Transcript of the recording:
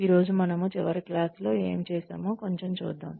ఈ రోజు మనము చివరిసారి క్లాస్ లో ఏమి చేసామో కొంచెం చూద్దాం